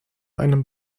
einem